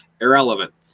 Irrelevant